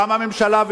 גם הממשלה,